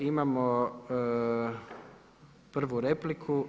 Imamo prvu repliku.